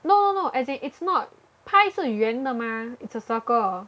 no no no as in it's not pie 是圆的吗 it's a circle